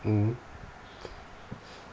mmhmm